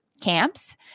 camps